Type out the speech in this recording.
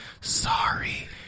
Sorry